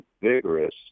vigorous